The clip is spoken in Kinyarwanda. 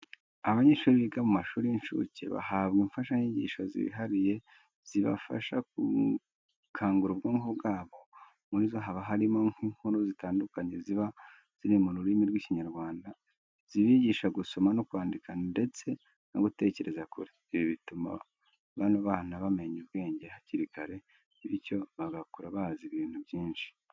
Abanyeshuri biga mu mashuri y'incuke bahabwa imfashanyigisho zihariye zibafasha gukangura ubwonko bwabo. Muri zo haba harimo n'inkuru zitandukanye ziba ziri mu rurimi rw'Ikinyarwanda zibigisha gusoma no kwandika ndetse no gutekereza kure. Ibi bituma bano bana bamenya ubwenge hakiri kare bityo bagakura bazi ibintu byinshi.